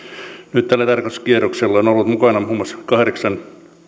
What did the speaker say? nyt tällä tarkastuskierroksella ovat olleet mukana muun muassa kahdeksan